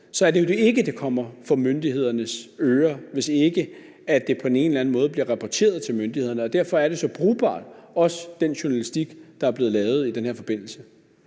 så er det jo, at det ikke kommer for myndighedernes ører, når det ikke på den ene eller anden måde bliver rapporteret til myndighederne. Derfor er det så brugbart, også den journalistik, der er blevet lavet i den her forbindelse.